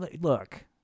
look